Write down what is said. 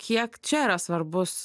kiek čia yra svarbus